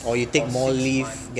or six months